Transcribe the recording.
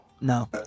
no